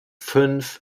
fünf